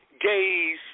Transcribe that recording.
gays